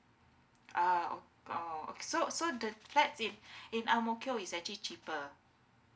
ah oh oh so so the flats in in angmokio is actually cheaper